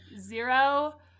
zero